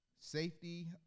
safety